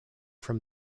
from